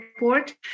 report